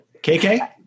KK